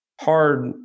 hard